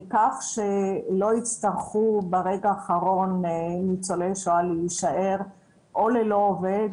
כך שלא יצטרכו ברגע האחרון ניצולי השואה להישאר או ללא עובד,